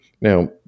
Now